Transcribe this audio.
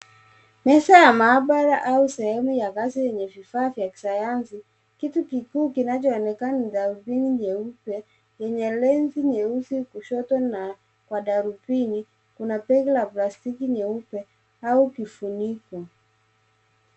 Meza ya maabara au sehemu ya kazi yenye vifaa vya kisayansi, Kitu kikuu kinachoonekana ni darubini nyeupe, yenye lenzi nyeusi kushoto na kwa darubini, kuna begi la plastiki nyeupe au kifuniko.